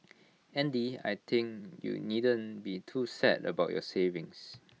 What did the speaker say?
Andy I think you needn't be too sad about your savings